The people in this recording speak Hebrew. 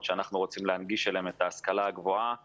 שאנחנו רוצים להנגיש אליהם את ההשכלה הגבוהה.